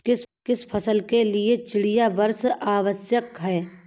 किस फसल के लिए चिड़िया वर्षा आवश्यक है?